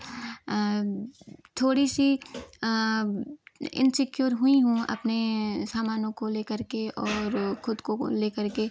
थोड़ी सी इन्सिक्योर हुई हूँ अपने सामानों को लेकर के और खुद को लेकर के